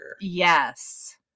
yes